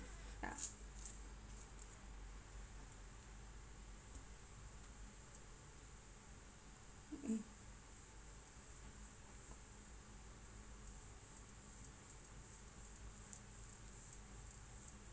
ya um